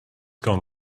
gone